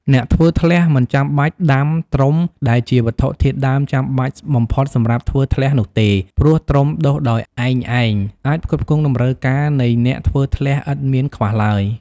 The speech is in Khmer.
អ្នកធ្វើធ្លះមិនចាំបាច់ដាំត្រុំដែលជាវត្ថុធាតុដើមចាំបាច់បំផុតសម្រាប់ធ្វើធ្លះនោះទេ ព្រោះត្រុំដុះដោយឯងៗ អាចផ្គត់ផ្គង់តម្រូវការនៃអ្នកធ្វើធ្លះឥតមានខ្វះឡើយ។